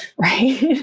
right